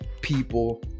people